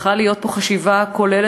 צריכה להיות פה חשיבה כוללת,